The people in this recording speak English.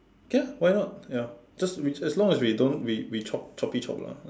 okay ah why not ya just we just as long as we don't we we chop choppy chop lor ha